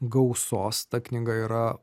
gausos ta knyga yra